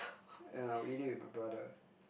and I will eat it with my brother